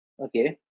okay